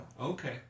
Okay